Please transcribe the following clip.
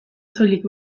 soilik